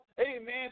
Amen